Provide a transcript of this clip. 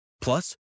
Plus